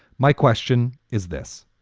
my question is this.